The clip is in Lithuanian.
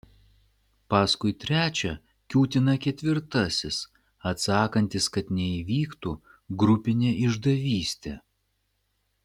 paskui trečią kiūtina ketvirtasis atsakantis kad neįvyktų grupinė išdavystė